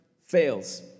fails